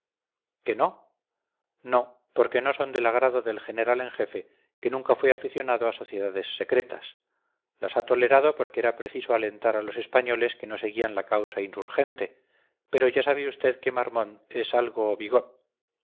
que no no porque no son del agrado del general en jefe que nunca fue aficionado a sociedades secretas las ha tolerado porque era preciso alentar a los españoles que no seguían la causa insurgente pero ya sabe usted que marmont es